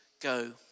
go